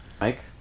Mike